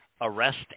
arrest